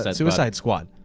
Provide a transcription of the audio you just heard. ah suicide squad.